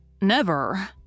Never